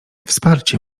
wsparcie